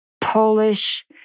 Polish